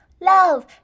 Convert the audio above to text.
Love